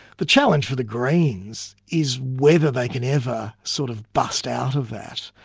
the challenge for the greens is whether they can ever sort of bust out of that,